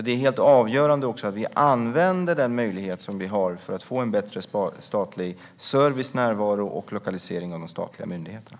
Det är helt avgörande att vi också använder den möjlighet som vi har för att få en bättre statlig service, närvaro och lokalisering av de statliga myndigheterna.